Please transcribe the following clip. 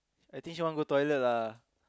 I think she want go toilet lah